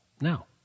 now